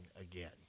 again